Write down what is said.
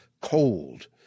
cold